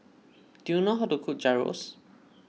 do you know how to cook Gyros